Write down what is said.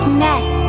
mess